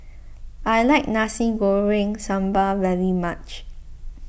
I like Nasi Goreng Sambal very much